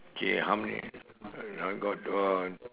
okay how many I I got uh